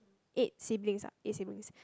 eight siblings lah eight siblings